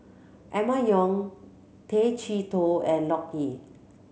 Emma Yong Tay Chee Toh and Loke Ye